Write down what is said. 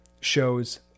shows